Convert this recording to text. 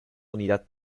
unidad